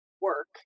work